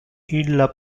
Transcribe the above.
illa